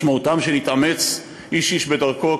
משמעותם שיתאמץ איש-איש בדרכו,